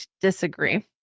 disagree